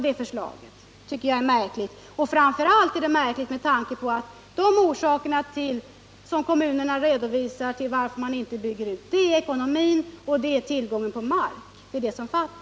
Det tycker jag är märkligt — framför allt med tanke på att de orsaker till att man inte bygger ut som kommunerna redovisar är just ekonomin och bristen på mark.